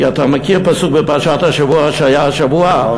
כי אתה מכיר פסוק בפרשת השבוע שהיה השבוע?